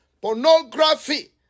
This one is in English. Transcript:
Pornography